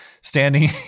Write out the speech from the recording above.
standing